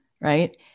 right